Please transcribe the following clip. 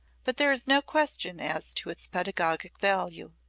but there is no question as to its pedagogic value.